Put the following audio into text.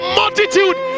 multitude